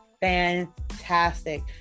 fantastic